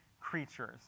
creatures